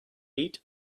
eight